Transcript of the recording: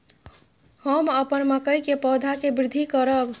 हम अपन मकई के पौधा के वृद्धि करब?